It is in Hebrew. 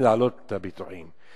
להעלות את הביטוחים,